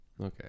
Okay